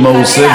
והוא יודע,